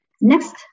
Next